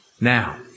now